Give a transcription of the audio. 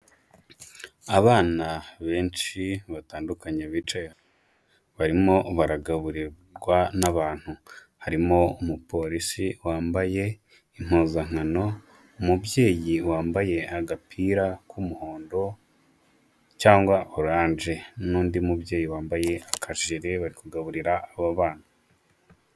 Abana benshi batandukanye bicaye, barimo baragaburirwa n'abantu, harimo umupolisi wambaye impuzankano, umubyeyi wambaye agapira k'umuhondo cyangwa oranje, n'undi mubyeyi wambaye akajire bari kugaburira abo bana.